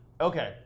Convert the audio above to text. Okay